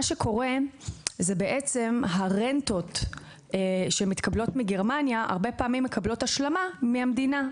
מה שקורה זה שהרבה פעמים הרנטות שמתקבלות מגרמניה מקבלות השלמה מהמדינה,